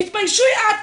תתביישי את.